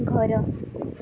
ଘର